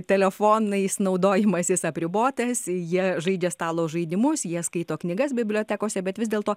telefonais naudojimasis apribotas jie žaidžia stalo žaidimus jie skaito knygas bibliotekose bet vis dėlto